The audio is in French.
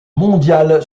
mondiale